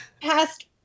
past